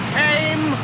came